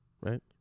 right